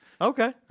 Okay